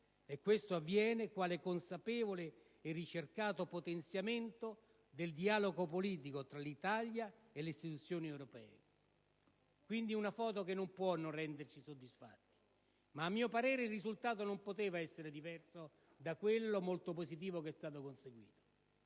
E questo avviene quale consapevole e ricercato potenziamento del dialogo politico tra l'Italia e le istituzioni europee. Quindi una foto che non può non renderci soddisfatti. Ma, a mio parere, il risultato non poteva essere diverso da quello, molto positivo, che è stato conseguito.